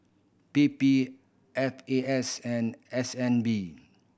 P P F A S and S N B